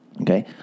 Okay